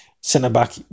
Centre-back